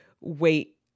wait